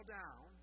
down